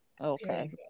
Okay